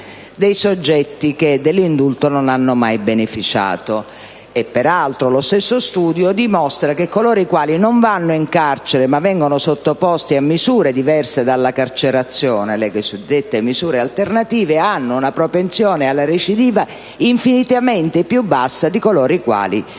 dei soggetti che dell'indulto non hanno mai beneficiato. Peraltro, lo stesso studio dimostra che coloro i quali non vanno in carcere ma vengono sottoposti a misure diverse dalla carcerazione, le cosiddette misure alternative, hanno una propensione alla recidiva infinitamente più bassa di coloro i quali vanno